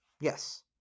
Yes